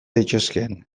daitezkeen